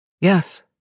Yes